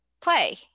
play